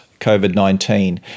COVID-19